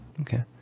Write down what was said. okay